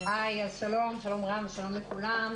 שלום רב לכולם.